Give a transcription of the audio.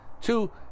Two